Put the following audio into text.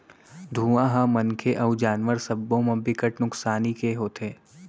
धुंआ ह मनखे अउ जानवर सब्बो म बिकट नुकसानी के होथे